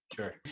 Sure